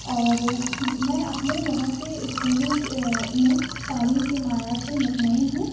اور میں اپنے یہاں کے اسکولوں میں تعلیم کے معیار سے مطمئن ہوں